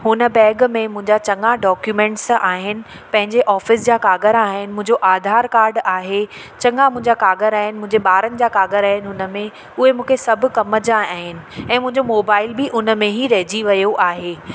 हुन बैग में मुंहिंजा चङा डॉक्यूमैंट्स आहिनि पंहिंजे ऑफिस जा काॻर आहिनि मुंजो आधार काड आहे चङा मुंहिंजा काॻर आहिनि मुंहिंजे ॿारनि जा कागर आइन हुन में उहे मूंखे सभु कम जा आहिनि ऐं मुंहिंजो मोबाइल बि उन में ई रहिजी वियो आहे